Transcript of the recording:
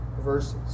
verses